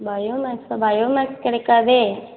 bio max bio max கிடைக்காதே